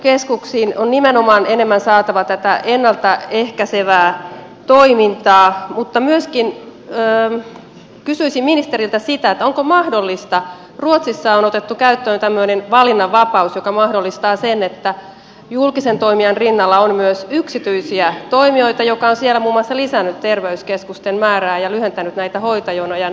terveyskeskuksiin on nimenomaan enemmän saatava tätä ennalta ehkäisevää toimintaa mutta myöskin kysyisin ministeriltä siitä kun ruotsissa on otettu käyttöön tämmöinen valinnanvapaus joka mahdollistaa sen että julkisen toimijan rinnalla on myös yksityisiä toimijoita mikä on siellä muun muassa lisännyt terveyskeskusten määrää ja lyhentänyt näitä hoitojonoja